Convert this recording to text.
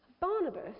Barnabas